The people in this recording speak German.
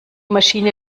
maschine